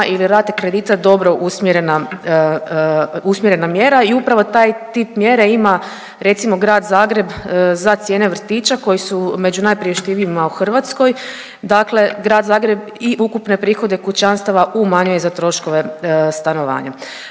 ili rate kredita dobro usmjerena, usmjerena mjera i upravo taj tip mjere ima recimo Grad Zagreb za cijene vrtića koji su među najpriuštivijima u Hrvatskoj, dakle Grad Zagreb, i ukupne prihode kućanstava umanjuje za troškove stanovanja.